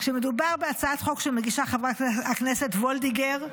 כשמדובר בהצעת חוק שמגישה חברת הכנסת וולדיגר,